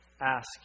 ask